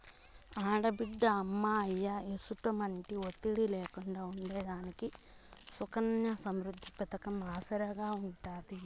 ఆడబిడ్డ అమ్మా, అయ్య ఎసుమంటి ఒత్తిడి లేకుండా ఉండేదానికి సుకన్య సమృద్ది పతకం ఆసరాగా ఉంటాది